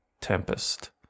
Tempest